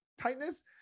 tightness